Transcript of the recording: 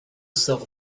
self